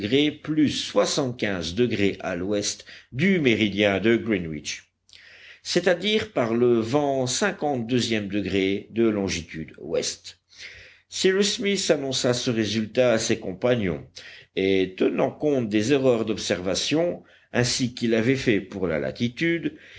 plus soixante-quinze degrés à l'ouest du méridien de greenwich c'est-à-dire par le vent cinquante deuxième degré de longitude ouest cyrus smith annonça ce résultat à ses compagnons et tenant compte des erreurs d'observation ainsi qu'il l'avait fait pour la latitude